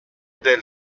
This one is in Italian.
del